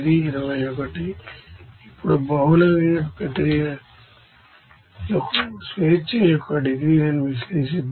ఇప్పుడు బహుళ యూనిట్ ప్రక్రియలకు డిగ్రీస్ అఫ్ ఫ్రీడమ్ ను విశ్లేషిద్దాం